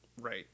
right